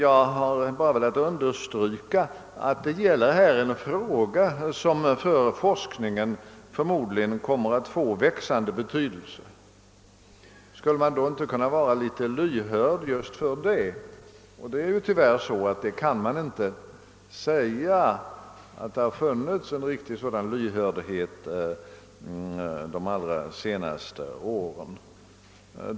Jag har bara velat understryka att det här gäller en fråga som för forskningen förmodligen kommer att få växande betydelse. Skulle man då inte kunna vara litet lyhörd för forskningens önskemål? Det har tyvärr inte funnits tillräckligt med sådan lyhördhet under de allra senaste åren.